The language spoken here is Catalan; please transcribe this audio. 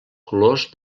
colors